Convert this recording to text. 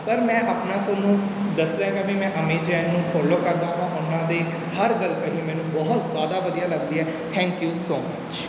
ਪਰ ਮੈਂ ਆਪਣਾ ਤੁਹਾਨੂੰ ਦੱਸਿਆ ਹੈ ਵੀ ਮੈਂ ਅਮਿਤ ਜੈਨ ਨੂੰ ਫੋਲੋ ਕਰਦਾ ਹਾਂ ਉਨ੍ਹਾਂ ਦੀ ਹਰ ਗੱਲ ਕਹੀ ਮੈਨੂੰ ਬਹੁਤ ਜ਼ਿਆਦਾ ਵਧੀਆ ਲੱਗਦੀ ਹੈ ਥੈਂਕਿ ਊ ਸੋ ਮੱਚ